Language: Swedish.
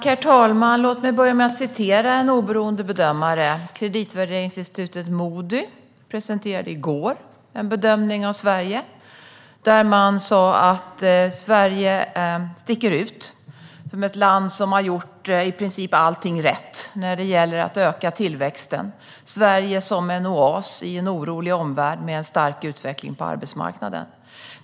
Herr talman! Låt mig börja med att återge en oberoende bedömare. Kreditvärderingsinstitutet Moodys presenterade i går en bedömning av Sverige. Man sa att Sverige sticker ut som ett land som har gjort i princip allt rätt när det gäller att öka tillväxten. Sverige är en oas i en orolig omvärld med en stark utveckling på arbetsmarknaden.